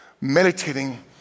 meditating